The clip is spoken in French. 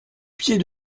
pied